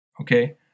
Okay